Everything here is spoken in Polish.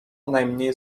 najmniej